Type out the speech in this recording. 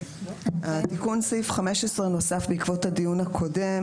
תיקון סעיף 15 נוסף בעקבות הדיון הקודם.